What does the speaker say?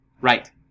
Right